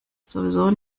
sowieso